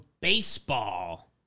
BASEBALL